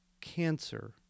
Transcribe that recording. cancer